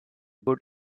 good